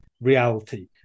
reality